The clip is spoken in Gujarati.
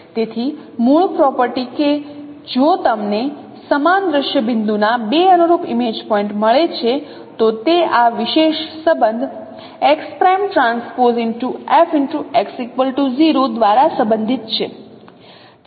તેથી મૂળ પ્રોપર્ટી કે જો તમને સમાન દ્રશ્ય બિંદુના બે અનુરૂપ ઇમેજ પોઇન્ટ મળે છે તો તે આ વિશેષ સંબંધ x'TFx0 દ્વારા સંબંધિત છે